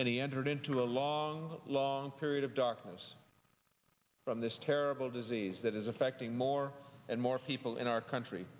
and he entered into a long long period of darkness from this terrible disease that is affecting more and more people in our country